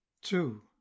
Two